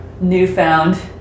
newfound